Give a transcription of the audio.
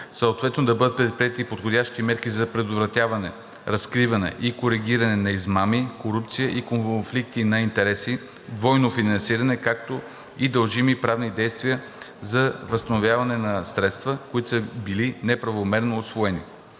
съответно да бъдат предприети подходящи мерки за предотвратяване, разкриване и коригиране на измами, корупция и конфликти на интереси, двойно финансиране, както и дължими правни действия за възстановяване на средства, които са били неправомерно усвоени.